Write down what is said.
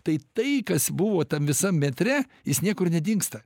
tai tai kas buvo tam visam metre jis niekur nedingsta